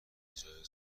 بجای